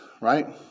right